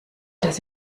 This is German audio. dass